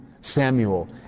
Samuel